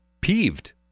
peeved